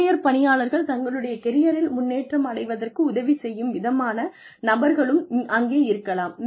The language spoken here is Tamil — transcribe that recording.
ஜூனியர் பணியாளர்கள் தங்களுடைய கெரியரில் முன்னேற்றம் அடைவதற்கு உதவி செய்யும் விதமான நபர்களும் அங்கே இருக்கலாம்